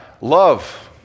love